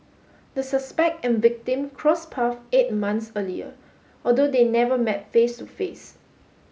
the suspect and victim cross path eight months earlier although they never met face to face